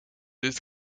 his